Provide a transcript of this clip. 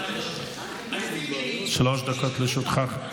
שלוש דקות לרשותך.